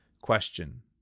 Question